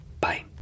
Bye